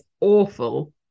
awful